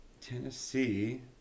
Tennessee